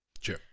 sure